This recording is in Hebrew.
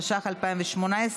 התשע"ח 2018,